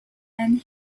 and